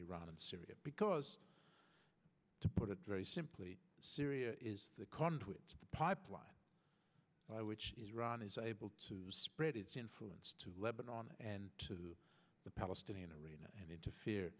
iran and syria because to put it very simply syria is the conduit pipeline which is iran is able to spread its influence to lebanon and to the palestinian arena and interfere